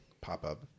pop-up